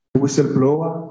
whistleblower